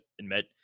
admit